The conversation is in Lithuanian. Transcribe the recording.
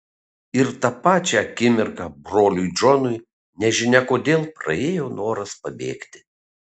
ir tą pačią akimirką broliui džonui nežinia kodėl praėjo noras pabėgti